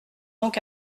donc